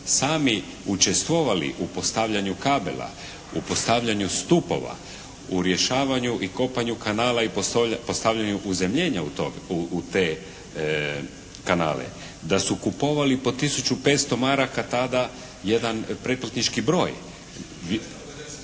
sami učestvovali u postavljanju kabela, u postavljanju stupova, u rješavanju i kopanju kanala i postavljanja uzemljenja u te kanale, da su kupovali po tisuću 500 maraka tada jedan pretplatnički broj. … /Upadica se ne